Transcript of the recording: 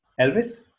Elvis